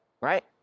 right